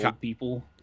people